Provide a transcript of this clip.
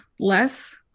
less